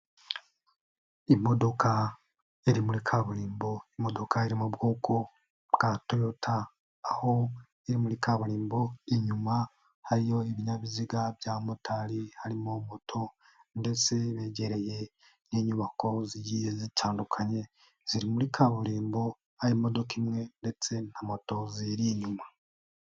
Imodoka iri muri kaburimbo, imodoka iri mu bwoko bwa Toyota, aho iri muri kaburimbo inyuma hariyo ibinyabiziga by'abamotari harimo moto ndetse begereye n'inyubako zigiye zitandukanye, ziri muri kaburimbo aho imodoka imwe ndetse na moto ziyiri inyuma.